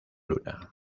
luna